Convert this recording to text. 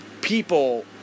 people